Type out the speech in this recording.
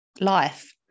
life